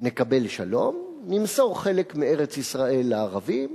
נקבל שלום, נמסור חלק מארץ-ישראל לערבים,